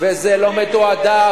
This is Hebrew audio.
ועם יהדות התורה,